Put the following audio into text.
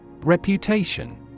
Reputation